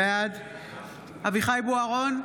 בעד אביחי אברהם בוארון,